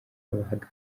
babahaga